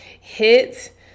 hit